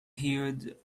heard